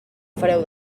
fareu